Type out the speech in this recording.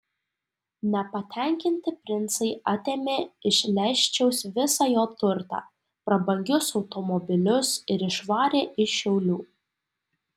nepatenkinti princai atėmė iš leščiaus visą jo turtą prabangius automobilius ir išvarė iš šiaulių